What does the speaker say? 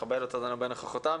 מכבדת אותנו בנוכחותך.